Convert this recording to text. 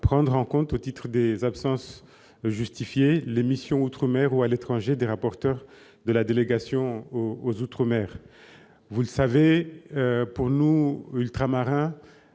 prise en compte, au titre des absences justifiées, des missions outre-mer ou à l'étranger des rapporteurs de la délégation aux outre-mer. Nous sénateurs ultramarins